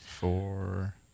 Four